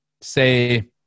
say